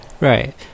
Right